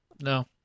no